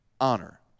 honor